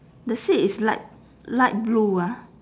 the seat is light light blue ah